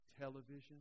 television